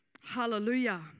hallelujah